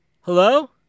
Hello